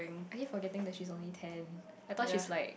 I keep forgetting that she is only ten I thought she's like